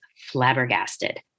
flabbergasted